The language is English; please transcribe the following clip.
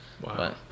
Wow